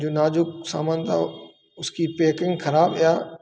जो नाज़ुक सामान था उसकी पेकिन्ग खराब या